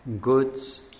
goods